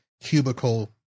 cubicle